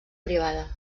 privada